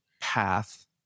path